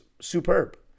superb